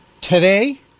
Today